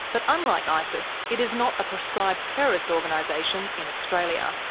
but unlike isis it is not a proscribed terrorist organisation in australia.